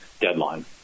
deadline